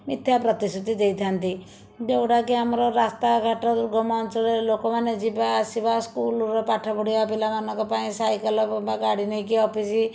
ମିଥ୍ୟା ପ୍ରତିଶ୍ରୁତି ଦେଇଥାନ୍ତି ଯେଉଁଟାକି ଆମର ରାସ୍ତାଘାଟ ଯେଉଁ ଗମ ଅଞ୍ଚଳରେ ଲୋକମାନେ ଯିବା ଆସିବା ସ୍କୁଲର ପାଠ ପଢ଼ିବା ପିଲାମାନଙ୍କ ପାଇଁ ସାଇକେଲ ବା ଗାଡ଼ି ନେଇକି ଅଫିସ